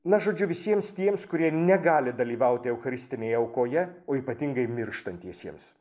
na žodžiu visiems tiems kurie negali dalyvauti eucharistinėje aukoje o ypatingai mirštantiesiems